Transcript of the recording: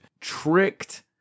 tricked